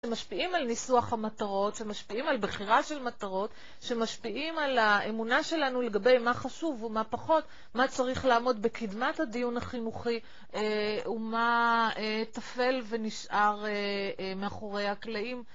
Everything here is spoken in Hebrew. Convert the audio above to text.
שמשפיעים על ניסוח המטרות, שמשפיעים על בחירה של מטרות, שמשפיעים על האמונה שלנו לגבי מה חשוב ומה פחות, מה צריך לעמוד בקדמת הדיון החינוכי, ומה תפל ונשאר מאחורי הקלעים.